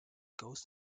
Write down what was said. goes